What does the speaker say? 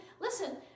listen